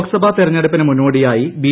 ലോക്സഭാ തെരഞ്ഞെടുപ്പിന് മുന്നോടിയായി ബി